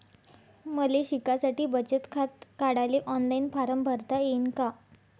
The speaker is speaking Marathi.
मले शिकासाठी बचत खात काढाले ऑनलाईन फारम भरता येईन का?